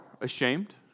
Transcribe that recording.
ashamed